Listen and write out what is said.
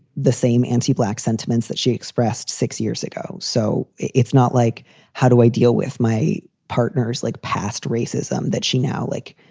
the same anti black sentiments that she expressed six years ago. so it's not like how do i deal with my partners, like past racism that she now, like,